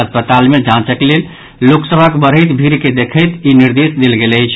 अस्पताल मे जांचक लेल लोक सभक बढ़ैत भीड़ के देखैत ई निर्देश देल गेल अछि